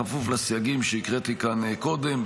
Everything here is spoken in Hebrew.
בכפוף לסייגים שהקראתי כאן קודם.